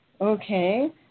Okay